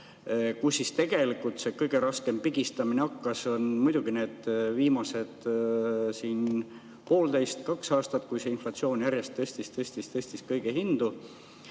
Kus see kõige raskem pigistamine hakkas, on muidugi need viimased poolteist, kaks aastat, kui inflatsioon järjest tõstis, tõstis, tõstis kõige hindu.